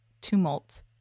Tumult